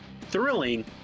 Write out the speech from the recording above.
thrilling